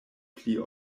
pli